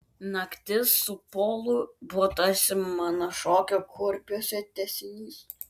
naktis su polu buvo tarsi mano šokio kurpiuose tęsinys